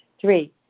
Three